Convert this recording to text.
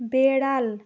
বেড়াল